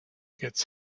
gets